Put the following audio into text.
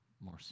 more